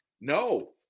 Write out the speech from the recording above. No